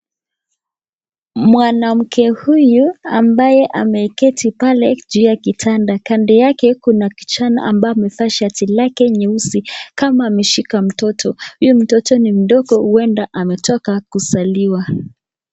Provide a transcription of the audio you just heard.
Mwanamke huyu ambaye ameketi pale juu ya kitanda. Kando yake kuna kijana ambaye amevaa shati lake nyeusi kama ameshika mtoto. Huyo mtoto ni mdogo huenda ametoka kuzaliwa.